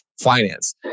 finance